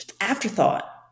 afterthought